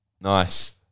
Nice